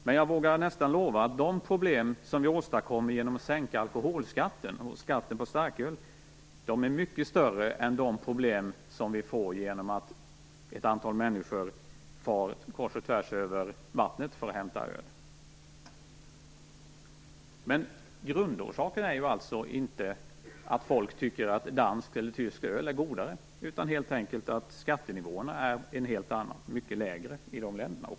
Men jag vågar nästan lova att de problem som vi åstadkommer genom att sänka skatten på starköl är mycket större än de problem som vi får genom att ett antal människor far kors och tvärs över vattnet för att hämta öl. Grundorsaken är ju inte att folk tycker att danskt eller tyskt öl är godare utan helt enkelt att skattenivån är en helt annan och mycket lägre i de länderna.